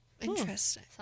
Interesting